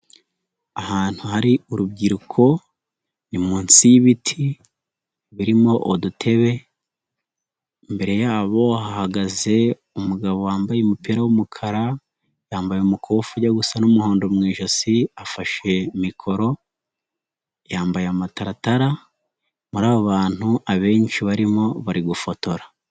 Ahantu hari urubyiruko, ni munsi y'ibiti, birimo udutebe, imbere yabo ahagaze umugabo wambaye umupira w'umukara, yambaye umukufijya gusa n'umuhondo mu ijosi, afashe mikoro, yambaye amataratara, muri bantu abenshi barimo bari gufotora.